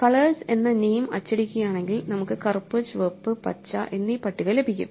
colours എന്ന name അച്ചടിക്കുകയാണെങ്കിൽ നമുക്ക് കറുപ്പ് ചുവപ്പ് പച്ച എന്നീ പട്ടിക ലഭിക്കും